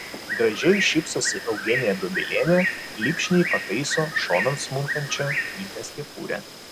gražiai šypsosi eugenija dobilienė lipšniai pataiso šonan smunkančią gytės kepurę